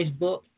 Facebook